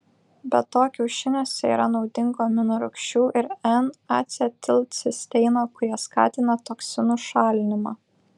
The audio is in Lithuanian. be to kiaušiniuose yra naudingų aminorūgščių ir n acetilcisteino kurie skatina toksinų šalinimą